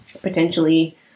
potentially